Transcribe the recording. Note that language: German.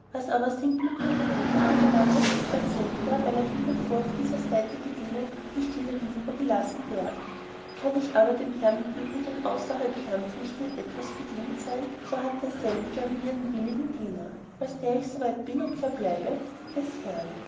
aber simplicium den jäger anbelanget kann selbiger weil er hiebevor auf dieser seite gedienet nicht wieder hinübergelassen werden kann ich aber dem herrn im übrigen außerhalb herrnpflichten in etwas bedient sein so hat derselbe an mir einen willigen diener als der ich so weit bin und verbleibe des herrn